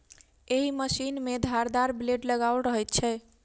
एहि मशीन मे धारदार ब्लेड लगाओल रहैत छै